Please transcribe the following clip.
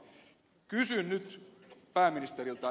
kysyn nyt pääministeriltä